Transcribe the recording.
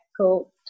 cool